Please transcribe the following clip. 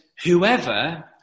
Whoever